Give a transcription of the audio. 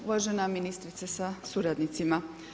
Uvažena ministrice sa suradnicima.